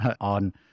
on